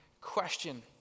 question